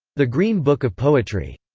the green book of poetry.